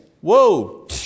Whoa